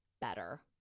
better